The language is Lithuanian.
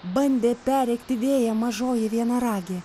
bandė perrėkti vėją mažoji vienaragė